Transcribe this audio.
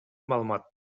маалымат